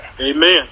Amen